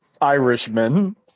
Irishmen